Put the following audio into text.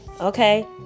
Okay